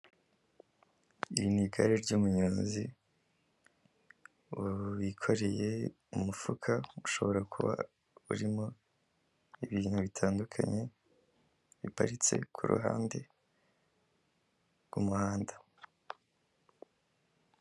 Iri ni igare ry'umunyonzi wikoreye umufuka ushobora kuba urimo ibintu bitandukanye, aparitse ku ruhande rw'umuhanda.